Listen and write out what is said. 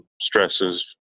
stresses